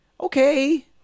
okay